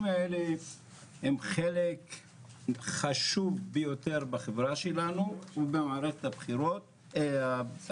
האלה הם חלק חשוב ביותר בחברה שלנו ובמערכת הבריאות.